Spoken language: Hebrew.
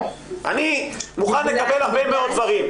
אני מוכן לקבל הרבה מאד דברים,